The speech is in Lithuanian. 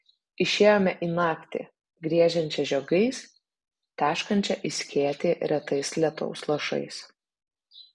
išėjome į naktį griežiančią žiogais teškančią į skėtį retais lietaus lašais